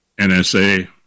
NSA